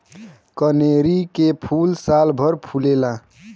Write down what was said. कनेरी के फूल सालभर फुलेला